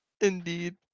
Indeed